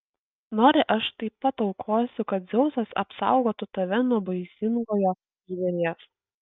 nori aš taip pat aukosiu kad dzeusas apsaugotų tave nuo baisingojo žvėries